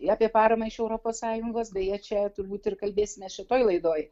apie paramą iš europos sąjungos beje čia turbūt ir kalbėsime šitoj laidoj